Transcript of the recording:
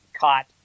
caught